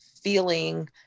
feeling